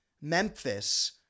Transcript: Memphis